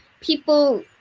people